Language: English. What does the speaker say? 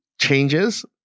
changes